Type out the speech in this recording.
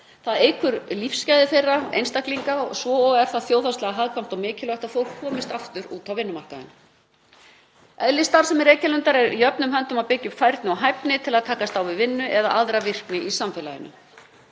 Það eykur lífsgæði þeirra einstaklinga og svo er það þjóðhagslega hagkvæmt og mikilvægt að fólk komist aftur út á vinnumarkaðinn. Eðli starfsemi Reykjalundar er jöfnum höndum að byggja upp færni og hæfni til að takast á við vinnu eða aðra virkni í samfélaginu.